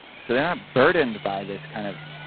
so they're not burdened by this kind of